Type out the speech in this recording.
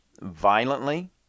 violently